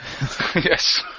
Yes